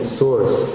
source